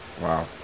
Wow